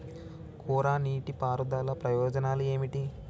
కోరా నీటి పారుదల ప్రయోజనాలు ఏమిటి?